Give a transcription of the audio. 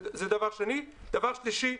דבר שלישי,